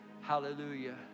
Hallelujah